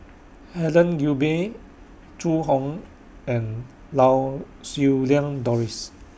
Helen Gilbey Zhu Hong and Lau Siew Lang Doris